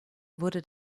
wurde